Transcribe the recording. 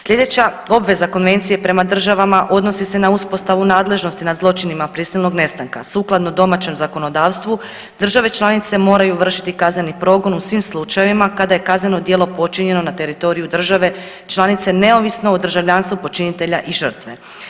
Sljedeća obveza Konvencije prema državama odnosi se na uspostavu nadležnosti nad zločinima prisilnog nestanka, sukladno domaćem zakonodavstvu, države članice moraju vršiti kazneni progon u svim slučajevima kada je kazneno djelo počinjeno na teritoriju države članice, neovisno o državljanstvu počinitelja i žrtve.